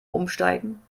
umsteigen